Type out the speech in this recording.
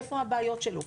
איפה הבעית שלנו.